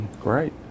Great